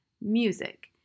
Music